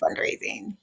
fundraising